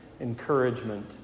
encouragement